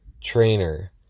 trainer